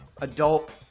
adult